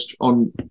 on